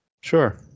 Sure